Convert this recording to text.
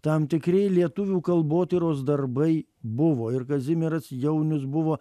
tam tikri lietuvių kalbotyros darbai buvo ir kazimieras jaunius buvo